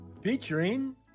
Featuring